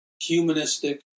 humanistic